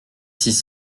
six